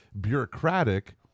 bureaucratic